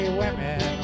women